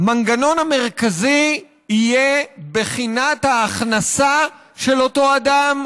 המנגנון המרכזי יהיה בחינת ההכנסה של אותו אדם